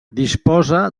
disposa